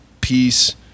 peace